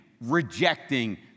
rejecting